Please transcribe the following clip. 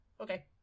Okay